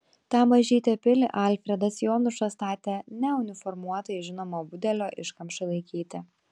tą mažytę pilį alfredas jonušas statė ne uniformuotai žinomo budelio iškamšai laikyti